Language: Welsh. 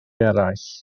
eraill